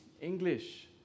English